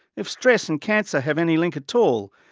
if stress and cancer have any link at all,